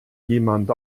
jemand